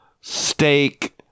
steak